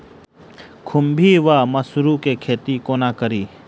खुम्भी वा मसरू केँ खेती कोना कड़ी?